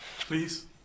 Please